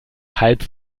halb